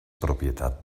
propietat